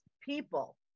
people